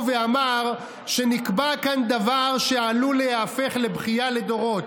ואמר שנקבע כאן דבר שעלול להיהפך לבכייה לדורות: